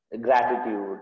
Gratitude